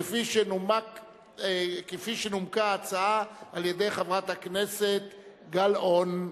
כפי שנומקה על-ידי חברת הכנסת גלאון,